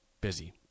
busy